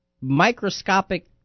microscopic